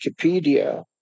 Wikipedia